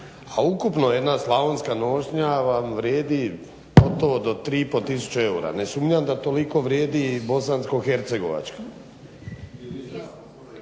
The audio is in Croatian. A ukupno jedna Slavonska nošnja vam vrijedi gotovo do 3,5 tisuće eura, ne sumnjam da toliko vrijedi i Bosansko-hercegovačka.